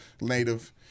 native